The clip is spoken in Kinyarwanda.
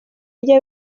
ujye